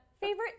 favorite